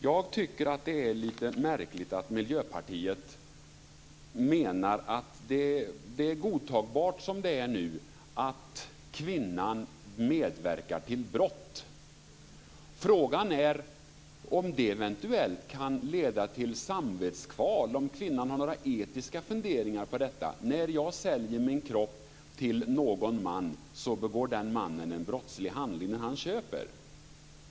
Jag tycker att det är lite märkligt att ni i Miljöpartiet menar att det är godtagbart som det är nu, att kvinnan medverkar till brott. Frågan är om det eventuellt kan leda till samvetskval och om kvinnan har några etiska funderingar på detta, i stil med: När jag säljer min kropp till någon man så begår den mannen en brottslig handling när han köper.